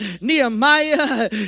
Nehemiah